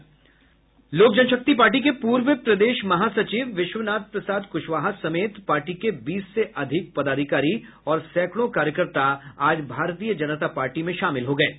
लोक जनशक्ति पार्टी के पूर्व प्रदेश महासचिव विश्वनाथ प्रसाद कुशवाहा समेत पार्टी के बीस से अधिक पदाधिकारी और सैंकड़ों कार्यकर्ता आज भारतीय जनता पार्टी में शामिल हो गये हैं